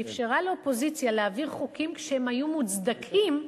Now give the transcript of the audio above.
שאפשרה לאופוזיציה להעביר חוקים שהיו מוצדקים,